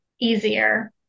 easier